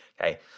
Okay